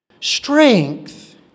Strength